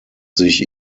sich